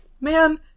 man